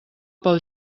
pel